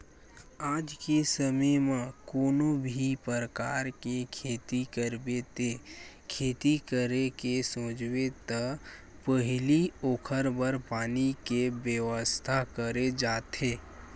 आज के समे म कोनो भी परकार के खेती करबे ते खेती करे के सोचबे त पहिली ओखर बर पानी के बेवस्था करे जाथे